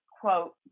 quote